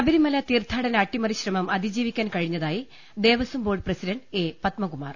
ശബരിമല തീർത്ഥാടന അട്ടിമറിശ്രമം അതിജീവിക്കാൻ കഴി ഞ്ഞതായി Devaswom board president A Padmakumar